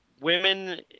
women